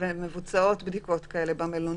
ומבוצעות בדיקות כאלה במלוניות?